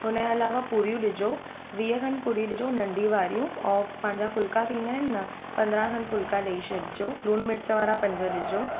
हुन जे अलावा पुरियूं ॾिजो वीह खनि पुरी ॾिजो नंढी वारियूं ऐं पंदरहां फुलिका थींदा आहिनि न पंदरहां खनि फुलिका ॾेई छॾिजो लूणु मिर्चु वारा पंज ॾिजो